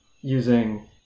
using